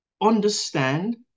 understand